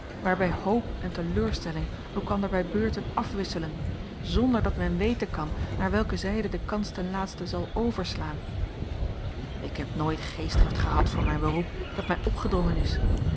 waarbij hoop en teleurstelling elkander bij beurten afwisselen zonder dat men weten kan naar welke zijde de kans ten laatste zal overslaan ik heb nooit geestdrift gehad voor mijn beroep dat mij opgedrongen is